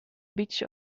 bytsje